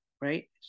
right